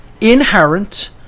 inherent